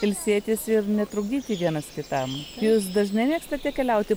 ilsėtis ir netrukdyti vienas kitam jūs dažnai mėgstate keliauti